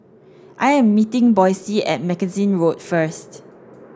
I am meeting Boysie at Mackenzie Road first